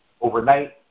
overnight